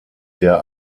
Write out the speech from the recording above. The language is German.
der